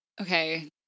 okay